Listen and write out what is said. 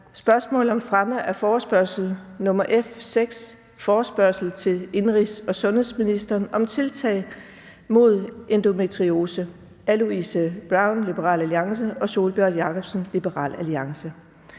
Spørgsmål om fremme af forespørgsel nr. F 6: Forespørgsel til indenrigs- og sundhedsministeren om tiltag mod endometriose. Af Louise Brown (LA) og Sólbjørg Jakobsen (LA).